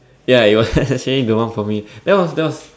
ya it was actually the one for me that was that was